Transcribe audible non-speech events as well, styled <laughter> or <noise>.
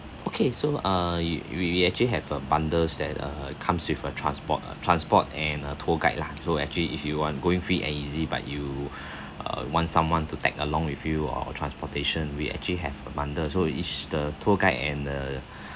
okay so uh you we we actually have a bundles that uh comes with a transport uh transport and a tour guide lah so actually if you are going free and easy but you <breath> uh want someone to tag along with you or transportation we actually have a bundle so each the tour guide and the <breath>